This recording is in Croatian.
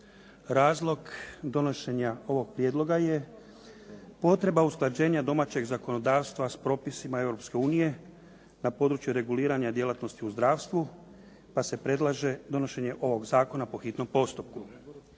Razlog donošenja ovog prijedloga je potreba usklađenja domaćeg zakonodavstva s propisima Europske unije na području reguliranja djelatnosti u zdravstvu, pa se predlaže donošenje ovog zakona po hitnom postupku.